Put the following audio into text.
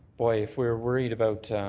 boy, if we were worried about,